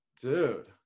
Dude